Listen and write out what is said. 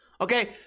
Okay